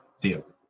deal